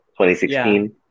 2016